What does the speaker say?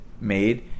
made